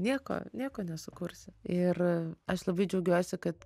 nieko nieko nesukursi ir aš labai džiaugiuosi kad